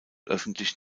öffentlich